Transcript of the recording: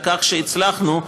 על שהצלחנו,